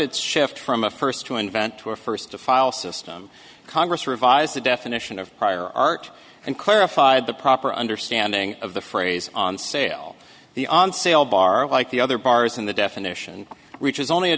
its shift from a first to invent to a first to file system congress revised the definition of prior art and clarified the proper understanding of the phrase on sale the on sale bar like the other bars in the definition which is only a